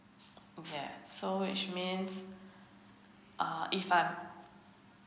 yeah so which means uh if I